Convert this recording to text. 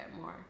more